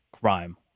crime